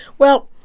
well,